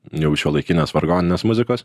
jau šiuolaikinės vargoninės muzikos